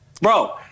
Bro